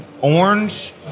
orange